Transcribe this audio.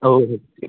हो हो हो